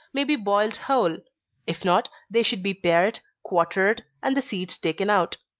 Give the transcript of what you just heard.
may be boiled whole if not, they should be pared, quartered, and the seeds taken out.